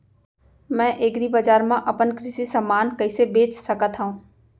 मैं एग्रीबजार मा अपन कृषि समान कइसे बेच सकत हव?